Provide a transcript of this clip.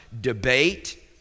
debate